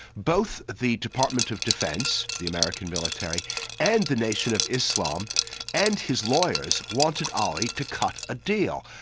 both the department of defence the american military and the nation of islam and his lawyers wanted ali to cut a deal,